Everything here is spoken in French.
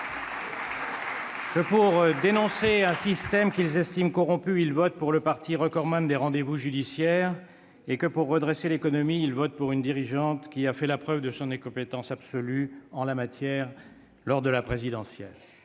que, pour dénoncer un système qu'ils estiment corrompu, ils votent pour le parti qui détient le record des rendez-vous judiciaires, et que, pour redresser l'économie, ils votent pour une dirigeante qui a fait la preuve de son incompétence absolue en la matière lors de l'élection présidentielle.